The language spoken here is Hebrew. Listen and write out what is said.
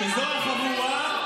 אתה מגן על קבוצת הרוב,